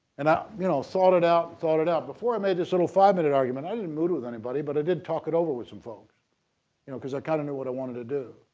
and i you know thought it out thought it out before i made this little five minute argument i didn't mood with anybody, but i did talk it over with some folks you know because i kind of knew what i wanted to do.